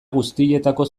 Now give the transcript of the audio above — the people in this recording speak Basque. guztietako